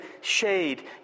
shade